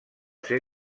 ser